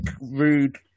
rude